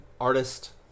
Artist